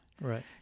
Right